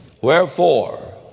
Wherefore